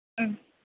ம்